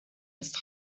ist